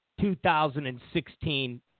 2016